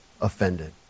offended